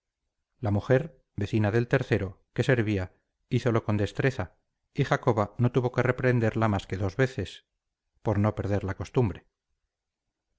la mujer vecina del tercero que servía hízolo con destreza y jacoba no tuvo que reprenderla más que dos veces por no perder la costumbre